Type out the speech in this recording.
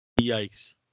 yikes